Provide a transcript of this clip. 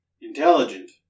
intelligent